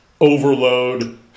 overload